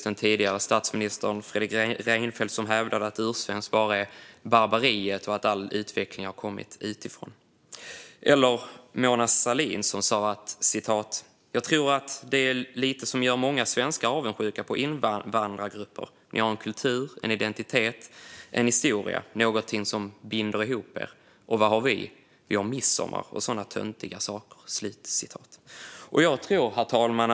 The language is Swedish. Den tidigare statsministern Fredrik Reinfeldt hävdade exempelvis att det bara är barbariet som är ursvenskt och att all utveckling har kommit utifrån. Mona Sahlin sade att hon trodde att det som gör många svenskar avundsjuka på invandrargrupper är att de har en kultur, en identitet och en historia - någonting som binder ihop dem. Hon fortsatte med att fråga sig vad vi har. Hennes svar var att vi har midsommar och sådana töntiga saker. Herr talman!